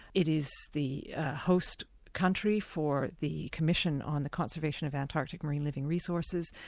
it is the host country for the commission on the conservation of antarctica marine living resources.